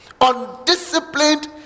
Undisciplined